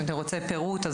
אם אתה רוצה פירוט,